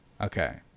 Okay